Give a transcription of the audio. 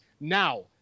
Now